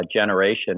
generation